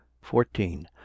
fourteen